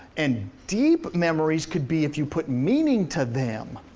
and deep memories could be if you put meaning to them.